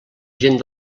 gent